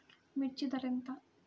మిర్చి ధర ఎంత?